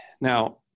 Now